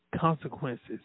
consequences